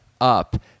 up